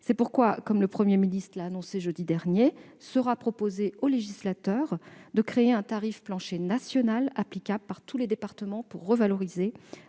C'est pourquoi, comme le Premier ministre l'a annoncé jeudi dernier, il sera proposé au législateur de créer un tarif plancher national applicable par tous les départements pour revaloriser